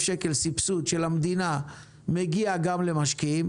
שקל סבסוד של המדינה מגיע גם למשקיעים,